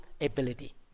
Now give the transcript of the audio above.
ability